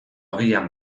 agian